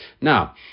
Now